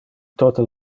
tote